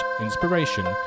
inspiration